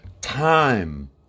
Time